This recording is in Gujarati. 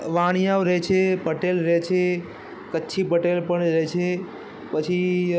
વાણીયાઓ રહે છે પટેલ રહે છે કચ્છી પટેલ પણ રહે છે પછી